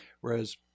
Whereas